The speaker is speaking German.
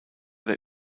der